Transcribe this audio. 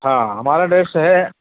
ہاں ہمارا اڈریسٹ ہے